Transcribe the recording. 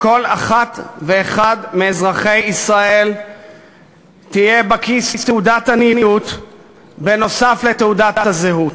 לכל אחת ואחד מאזרחי ישראל תהיה בכיס תעודת עניות נוסף על תעודת הזהות.